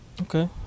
Okay